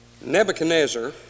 Nebuchadnezzar